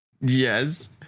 Yes